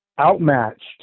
outmatched